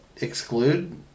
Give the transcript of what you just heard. exclude